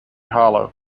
hollow